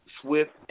swift